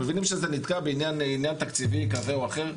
אנחנו מבינים שזה נתקע בעניין תקציבי כזה או אחר.